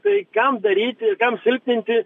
tai kam daryti ir kam silpninti